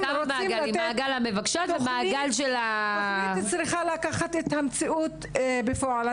תוכנית צריכה לקחת את המציאות בפועל.